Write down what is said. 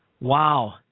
wow